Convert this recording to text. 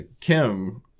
Kim